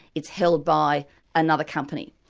it's held by another company.